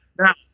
Now